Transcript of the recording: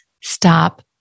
Stop